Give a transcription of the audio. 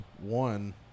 one